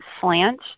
slant